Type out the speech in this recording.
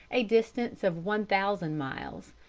a distance of one thousand miles,